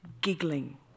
giggling